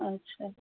अच्छा